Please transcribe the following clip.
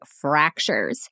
fractures